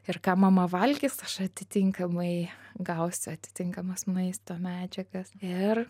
ir ką mama valgys aš atitinkamai gausiu atitinkamas maisto medžiagas ir